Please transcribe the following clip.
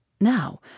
Now